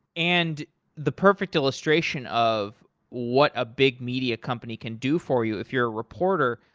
and the perfect illustration of what a big media company can do for you if you're reporter,